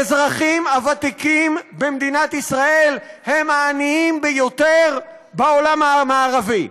האזרחים הוותיקים במדינת ישראל הם העניים ביותר בעולם המערבי.